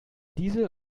diesel